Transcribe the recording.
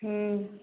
हूँ